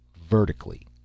Vertically